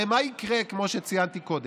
הרי מה יקרה, כמו שציינתי קודם,